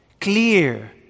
clear